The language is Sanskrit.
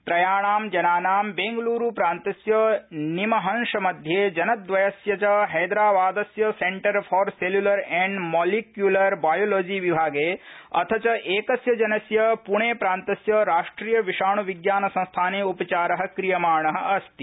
त्रयाणां जनानां बेंगलुरुप्रान्तस्य निमहंसमध्ये जनइयस्य हैदराबादस्य सेंटर फॉर सेलुलर पेड मॉलिक्युलर बायोलॉजी विभागे अथ च क्रिस्य जनस्य पुणे प्रान्तस्य राष्ट्रिय विषाण् विज्ञान संस्थाने उपचार क्रियमाण अस्ति